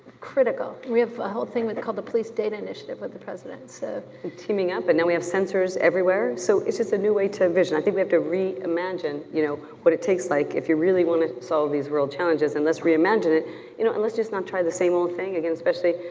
critical. we have a whole thing called the police data initiative with the president, so. they're teaming up and now we have sensors everywhere, so it's just a new way to envision. i think we have to reimagine you know what it takes like if you really want to solve these world challenges and let's reimagine it you know and let's just not try the same old thing again, especially,